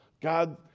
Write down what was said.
God